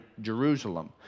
Jerusalem